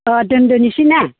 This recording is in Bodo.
अ दोनदोनिसै ना